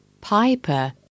piper